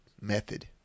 Method